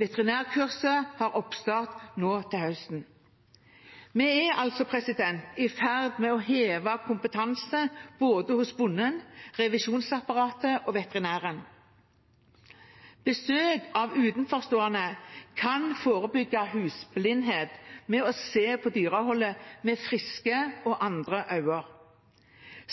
Veterinærkurset har oppstart nå til høsten. Vi er altså i ferd med å heve kompetansen hos både bonden, revisjonsapparatet og veterinæren. Besøk av utenforstående kan forebygge husblindhet ved at en ser på dyreholdet med friske og andre øyne.